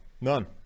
none